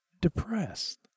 depressed